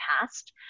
past